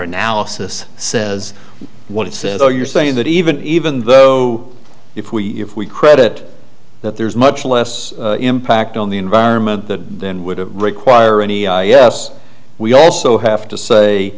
analysis says what it says or you're saying that even even though if we if we credit that there's much less impact on the environment the then would require any yes we also have to say